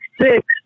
six